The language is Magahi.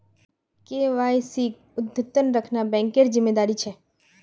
केवाईसीक अद्यतन रखना बैंकेर जिम्मेदारी छे